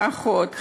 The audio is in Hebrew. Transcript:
אחות,